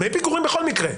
דמי פיגורים בכל מקרה.